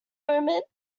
moment